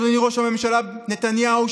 אדוני ראש הממשלה נתניהו,